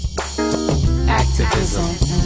Activism